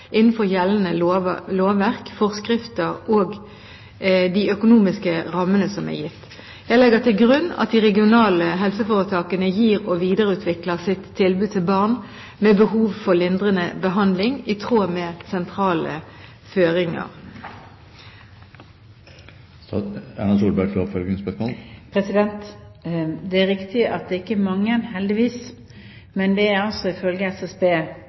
innenfor gjeldende lovverk, forskrifter og de økonomiske rammene som er gitt. Jeg legger til grunn at de regionale helseforetakene gir og videreutvikler sitt tilbud til barn med behov for lindrende behandling i tråd med sentrale føringer. Det er riktig at det ikke er mange – heldigvis, men det er altså ifølge SSB